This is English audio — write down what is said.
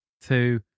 two